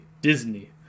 Disney